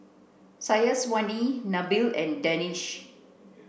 Syazwani Nabil and Danish